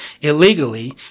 illegally